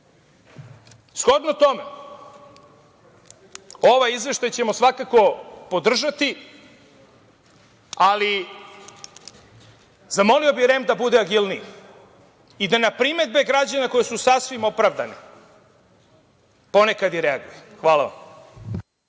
uradi. Shodno tome, ovaj izveštaj ćemo svakako podržati, ali zamolio bih REM da bude agilniji i da na primedbe građana, koje su sasvim opravdane, ponekad i reaguju. Hvala vam.